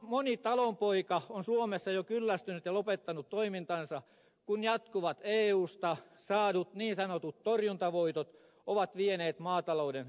moni talonpoika on suomessa jo kyllästynyt ja lopettanut toimintansa kun jatkuvat eusta saadut niin sanotut torjuntavoitot ovat vieneet maatalouden kannattavuuden